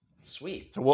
Sweet